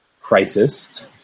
crisis